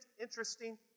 interesting